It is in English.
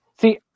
See